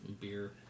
beer